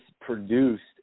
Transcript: produced